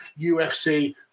UFC